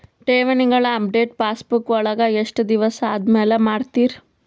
ಠೇವಣಿಗಳ update passbook ವಳಗ ಎಷ್ಟ ದಿವಸ ಆದಮೇಲೆ ಮಾಡ್ತಿರ್?